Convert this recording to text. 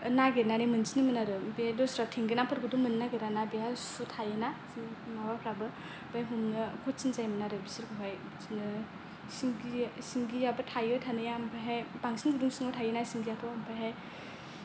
नागिरनानै मोनफिनोमोन आरो ओमफ्राय दस्रा थेंगोना फोरखौथ' मोन्नो नागेराना बेयाव सु थायोना माबाफ्राबो हमनो खथिन जायोमोन आरो बिसोरखौहाय बिदिनो सिंगि सिंगियाबो थायो थानाया ओमफ्रायहाय बांसिन गुदुं सिङाव थायोना सिंगियाथ' ओमफ्रायहाय